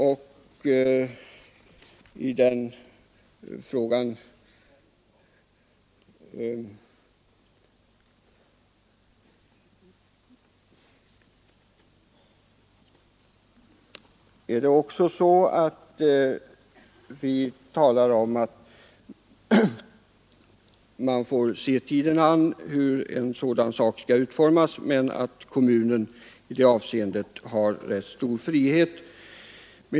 Vi anser att man också i den frågan får se tiden an innan man tar ställning till hur en sådan stadga skall utformas men att kommunen i det avseendet har rätt stor frihet.